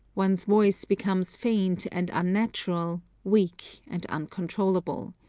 one's voice becomes faint and unnatural, weak and uncontrollable.